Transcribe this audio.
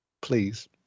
Please